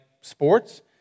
sports